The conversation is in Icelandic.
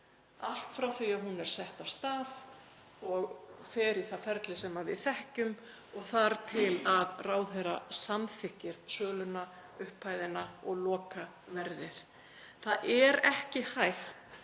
allt frá því að hún var sett af stað og fer í það ferli sem við þekkjum og þar til að ráðherra samþykkir söluna, upphæðina og lokaverðið. Það er ekki hægt